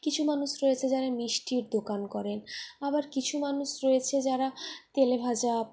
কিছু মানুষ রয়েছে যারা মিষ্টির দোকান করেন আবার কিছু মানুষ রয়েছে যারা তেলেভাজা